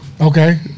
okay